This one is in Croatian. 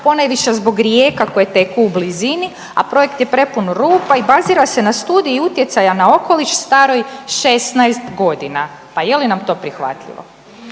ponajviše zbog rijeka koje teku u blizini, a projekt je prepun rupa i bazira se na Studiji utjecaja na okoliš staroj 16 godina. Pa je li nam to prihvatljivo?